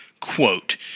quote